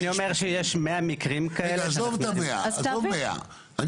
אני אומר שיש 100 מקרים כאלה שאנחנו --- עזוב 100. אני